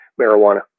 marijuana